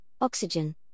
oxygen